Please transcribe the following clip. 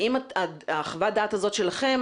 חוות הדעת הזאת שלכם,